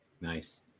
nice